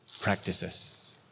practices